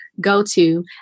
go-to